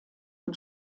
und